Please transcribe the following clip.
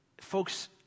folks